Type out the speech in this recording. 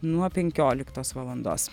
nuo penkioliktos valandos